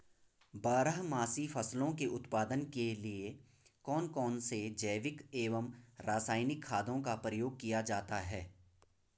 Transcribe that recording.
बारहमासी फसलों के उत्पादन के लिए कौन कौन से जैविक एवं रासायनिक खादों का प्रयोग किया जाता है?